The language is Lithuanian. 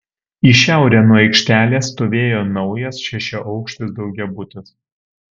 į šiaurę nuo aikštelės stovėjo naujas šešiaaukštis daugiabutis